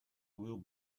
will